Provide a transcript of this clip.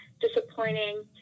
disappointing